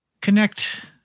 connect